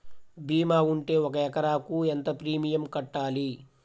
భీమా ఉంటే ఒక ఎకరాకు ఎంత ప్రీమియం కట్టాలి?